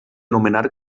nomenar